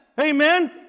Amen